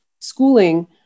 schooling